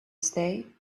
stay